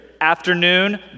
afternoon